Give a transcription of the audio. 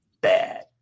bad